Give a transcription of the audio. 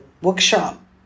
workshop